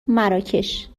مراکش